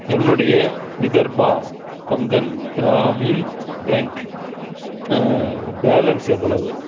என்னுடைய Vidarbha Konkan Gramin bank balance எவ்வளவு